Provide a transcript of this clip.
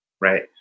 right